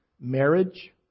marriage